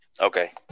Okay